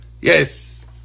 Yes